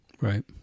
Right